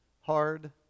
hard